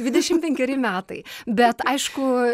dvidešimt penkeri metai bet aišku